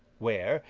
where,